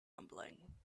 rumbling